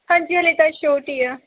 ਹਾਂਜੀ ਹਜੇ ਤਾਂ ਇਹ ਛੋਟੀ ਆ